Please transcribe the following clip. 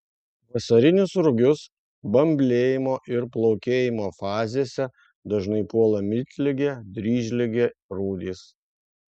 vasarinius rugius bamblėjimo ir plaukėjimo fazėse dažnai puola miltligė dryžligė rūdys